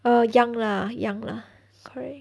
err young lah young lah correct